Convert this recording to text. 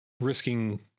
risking